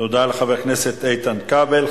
תודה לחבר הכנסת איתן כבל.